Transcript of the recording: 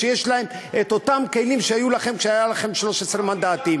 שיש לה אותם כלים שהיו לכם כשהיה לכם 13 מנדטים.